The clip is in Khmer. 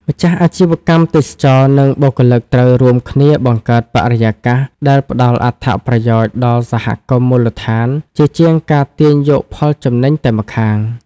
ម្ចាស់អាជីវកម្មទេសចរណ៍ និងបុគ្គលិកត្រូវរួមគ្នាបង្កើតបរិយាកាសដែលផ្ដល់អត្ថប្រយោជន៍ដល់សហគមន៍មូលដ្ឋាន ជាជាងការទាញយកផលចំណេញតែម្ខាង។